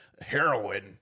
heroin